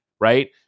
right